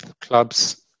clubs